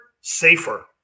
Safer